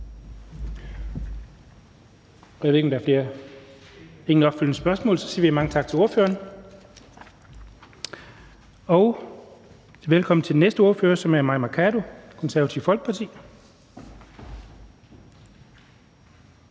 Thulesen Dahl): Der er ingen opfølgende spørgsmål, så vi siger mange tak til ordføreren. Og velkommen til den næste ordfører, som er Mai Mercado, Det Konservative Folkeparti.